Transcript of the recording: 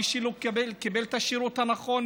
מי שלא קיבל את השירות הנכון,